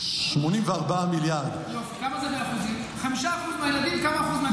אני שואל אותך, כמה כסף מקבלים 5% מתלמידי ישראל?